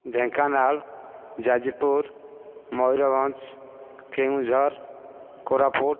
Dhenkanal Jajpur Mayurbhanj Keonjhar Koraput